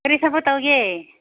ꯀꯔꯤ ꯊꯕꯛ ꯇꯧꯒꯦ